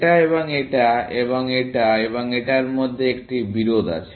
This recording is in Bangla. এটা এবং এটা এবং এটা এবং এটার মধ্যে একটি বিরোধ আছে